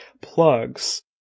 plugs